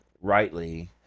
rightly